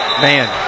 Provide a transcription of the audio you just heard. Man